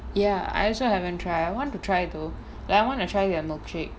ya I also haven't try I want to try though like I want to try their milkshake